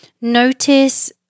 notice